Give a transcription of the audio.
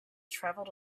travelled